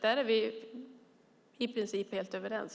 Där är vi i princip överens.